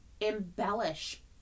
embellish